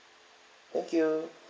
thank you